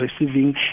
receiving